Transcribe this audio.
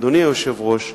אדוני היושב-ראש,